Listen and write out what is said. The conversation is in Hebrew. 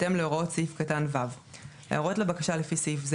בהתאם להוראות סעיף קטן (ו); הערות לבקשה לפי סעיף זה